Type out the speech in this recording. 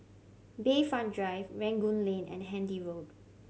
Bayfront Drive Rangoon Lane and Handy Road